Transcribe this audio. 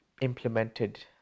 implemented